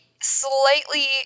slightly